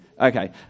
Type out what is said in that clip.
okay